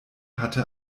hatte